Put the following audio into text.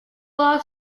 law